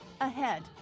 Ahead